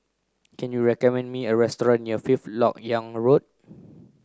can you recommend me a restaurant near Fifth Lok Yang Road